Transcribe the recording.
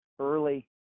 early